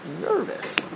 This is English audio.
nervous